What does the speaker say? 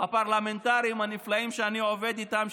הפרלמנטריים הנפלאים שאני עובד איתם,